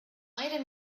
later